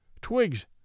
Twigs